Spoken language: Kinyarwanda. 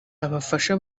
abafasha